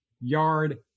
yard